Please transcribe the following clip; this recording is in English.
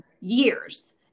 years